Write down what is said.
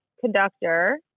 conductor